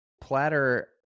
platter